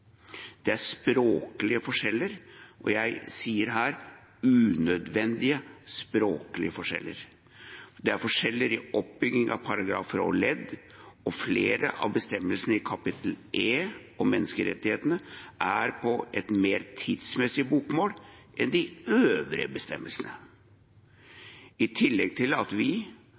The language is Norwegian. Det er språklige forskjeller, og jeg sier her unødvendige språklige forskjeller. Det er forskjeller i oppbygging av paragrafer og ledd, og flere av bestemmelsene i kapittel E, om menneskerettighetene, er på et mer tidsmessig bokmål enn de øvrige bestemmelsene. Vi, altså forslagsstillerne, fremmer en opprydding i